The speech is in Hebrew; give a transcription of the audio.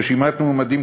רשימת מועמדים,